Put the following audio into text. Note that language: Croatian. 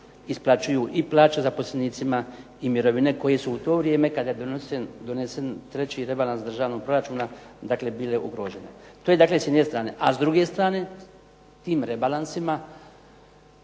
isplaćuju i plaće zaposlenicima i mirovine koje su u to vrijeme kada je donesen treći rebalans državnog proračuna dakle bile ugrožene. To je dakle s jedne strane. A s druge strane tim rebalansima,